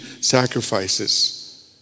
sacrifices